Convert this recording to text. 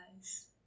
guys